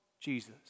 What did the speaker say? Jesus